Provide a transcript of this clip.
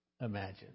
imagine